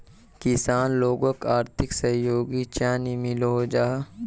किसान लोगोक आर्थिक सहयोग चाँ नी मिलोहो जाहा?